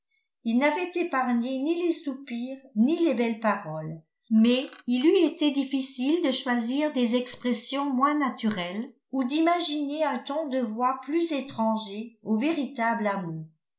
il n'avait épargné ni les soupirs ni les belles paroles mais il eut été difficile de choisir des expressions moins naturelles ou d'imaginer un ton de voix plus étranger au véritable amour